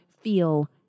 feel